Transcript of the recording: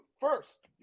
first